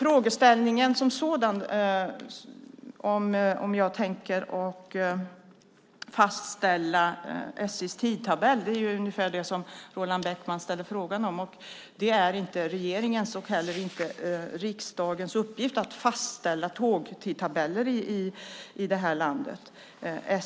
Roland Bäckman frågade om jag tänker fastställa SJ:s tidtabell; det var ungefär det som Roland Bäckman frågade om. Det är inte regeringens och inte heller riksdagens uppgift att fastställa tågtidtabeller här i landet.